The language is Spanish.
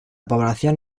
población